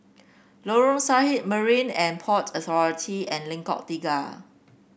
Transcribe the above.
Lorong Sarhad Marine And Port Authority and Lengkok Tiga